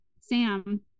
Sam